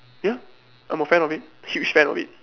ya I'm a fan of it huge fan of it